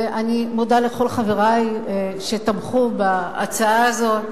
ואני מודה לכל חברי שתמכו בהצעה הזאת,